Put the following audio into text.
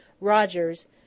Rogers